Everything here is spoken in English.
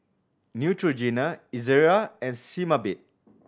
Neutrogena Ezerra and Sebamed